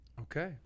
Okay